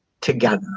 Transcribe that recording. together